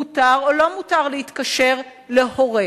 מותר או לא מותר להתקשר למורה?